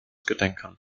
gedenken